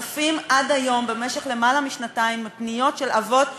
אתה מסכים להצעת סגן השר, כן?